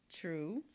True